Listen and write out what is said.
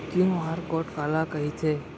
QR code काला कहिथे?